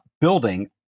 building